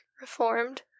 reformed